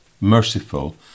merciful